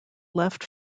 left